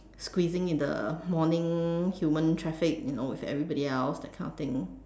squeezing in the morning human traffic you know with everybody else that kind of thing